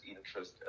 interest